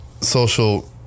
social